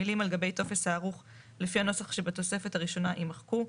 המילים "על גבי טופס הערוך לפי הנוסח שבתוספת הראשונה" יימחקו.